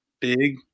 big